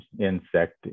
insect